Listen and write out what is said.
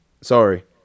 Sorry